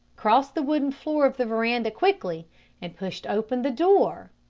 crossed the wooden floor of the veranda quickly and pushed open the door,